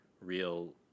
real